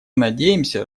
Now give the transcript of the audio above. надеемся